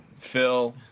Phil